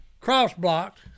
cross-blocked